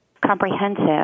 comprehensive